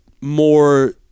more